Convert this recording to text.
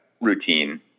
routine